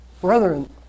Brethren